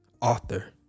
author